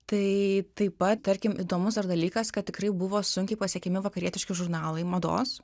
tai taip pat tarkim įdomus dar dalykas kad tikrai buvo sunkiai pasiekiami vakarietiški žurnalai mados